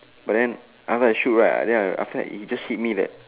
but then after I shoot right I then I feel like he just hit me like that